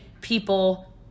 people